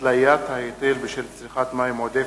(התליית ההיטל בשל צריכת מים עודפת),